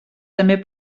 també